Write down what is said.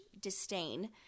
disdain